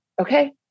okay